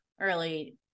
early